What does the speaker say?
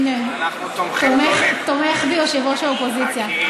אנחנו תומכים, הינה, תומך בי יושב-ראש האופוזיציה.